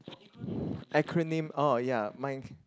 acronym oh ya my